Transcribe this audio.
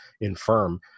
infirm